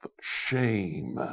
Shame